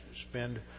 spend